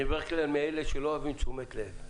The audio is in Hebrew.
אני בדרך כלל מאלה שלא אוהבים תשומת לב.